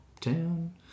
Town